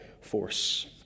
force